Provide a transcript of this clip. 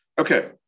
Okay